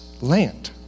land